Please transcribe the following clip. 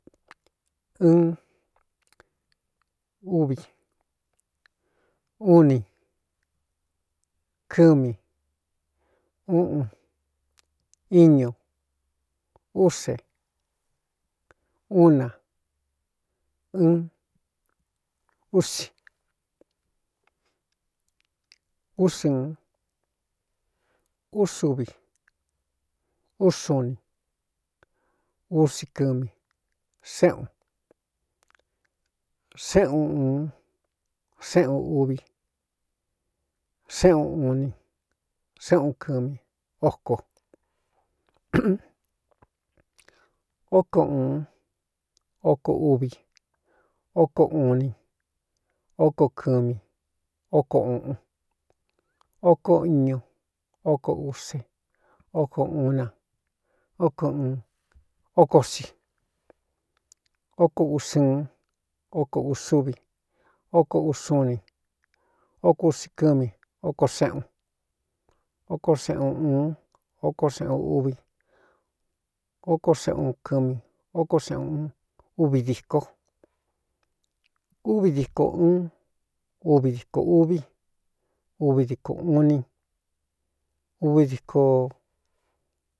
In uvi uni kɨmi uꞌun íñu use uu na un usi úsɨɨn úsuvi úsuuni usi kɨmi séꞌun séꞌuun uun séꞌun uvi séꞌuun uu ni séꞌuun kɨmi óko óko ūun ó ko uvi ókoo uun ini ó koo kɨmi ó ko uꞌun óko iñu óko use óko uu na n óko si ókoo ūsɨɨn óko ūsúvi ó koo usuu ni óku si kɨmi óko seꞌun óko seꞌun uun ó ko seꞌun uvi óko seꞌꞌuun kɨmi ó ko seꞌun uvi dīko uvi diko uun uvi dikō uvi uvi dkō uun ni uvi diko.